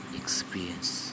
experience